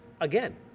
again